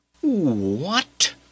What